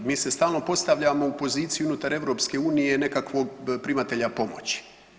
Mi se stalno postavljamo u poziciju unutar EU nekakvog primatelja pomoći.